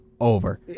Over